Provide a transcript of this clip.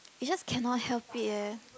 you just cannot help it eh